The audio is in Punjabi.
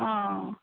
ਹਾਂ